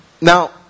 Now